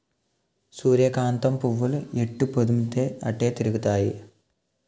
సూర్యకాంతం పువ్వులు ఎటుపోద్దున్తీ అటే తిరుగుతాయి